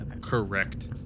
Correct